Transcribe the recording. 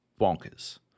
bonkers